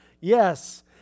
Yes